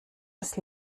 des